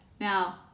Now